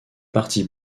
parti